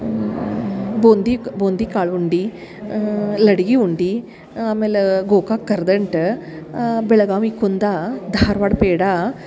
ಬೊಂದಿ ಬೊಂದಿ ಕಾಳ ಉಂಡೆ ಲಡ್ಗಿ ಉಂಡೆ ಆಮೇಲೆ ಗೋಕಾಕ್ ಕರ್ದಂಟು ಬೆಳಗಾವಿ ಕುಂದ ಧಾರವಾಡ ಪೇಡ